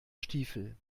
stiefel